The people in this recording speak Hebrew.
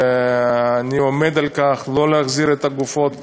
ואני עומד על כך שלא יוחזרו גופות המחבלים,